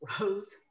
rose